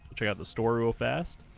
check out the store real fast